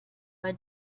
bei